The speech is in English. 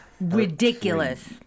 ridiculous